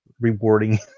rewarding